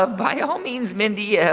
ah by all means, mindy, yeah